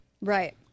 Right